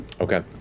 Okay